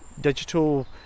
digital